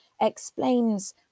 explains